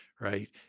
right